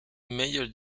major